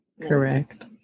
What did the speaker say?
correct